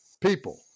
People